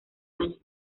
año